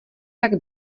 tak